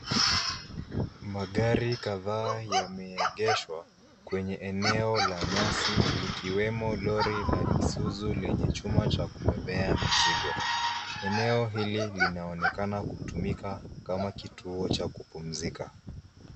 Magari kadhaa yameegeshwa kwenye eneo la nyasi likiwemo Lori la Isuzu lenye chuma cha kubebea mizigo. Eneo hili linaonekana kutumika kama kituo cha kupumzika.